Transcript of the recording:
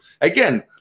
again